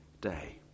day